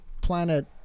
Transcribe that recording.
planet